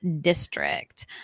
district